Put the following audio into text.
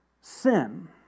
sin